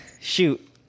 shoot